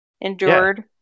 endured